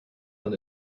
man